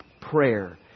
prayer